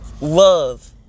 love